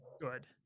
Good